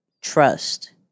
trust